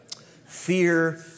Fear